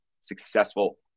successful